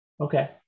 okay